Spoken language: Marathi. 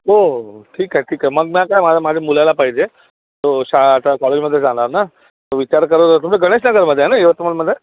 हो हो ठीक आहे ठीक आहे मग नाही का माझ्या मुलाला पाहिजे तो शाळा आता कॉलेजमध्ये जाणार ना विचार करत होतो तुमचं गणेश नगरमध्ये आहे न यवतमाळमध्ये